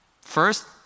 First